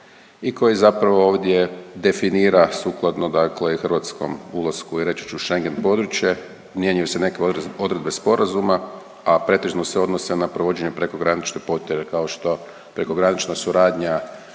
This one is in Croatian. i koji zapravo ovdje definira sukladno dakle i hrvatskom ulasku i reći ću Schengen područje mijenjaju se neke odredbe sporazuma, a pretežno se odnose na provođenje prekogranične potjere kao što prekogranična suradnja